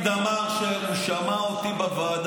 אני עכשיו מספר לך מה היה.